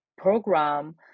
program